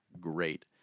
great